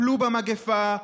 טפלו במגפה,